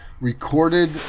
recorded